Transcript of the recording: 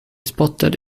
spotted